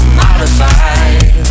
modified